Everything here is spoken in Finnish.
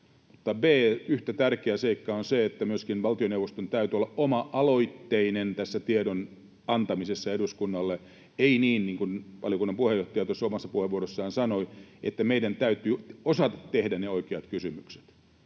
b) yhtä tärkeä seikka on se, että myöskin valtioneuvoston täytyy olla oma-aloitteinen tässä tiedon antamisessa eduskunnalle — ei niin, niin kuin valiokunnan puheenjohtaja tuossa omassa puheenvuorossaan sanoi, että meidän täytyy osata tehdä ne oikeat kysymykset.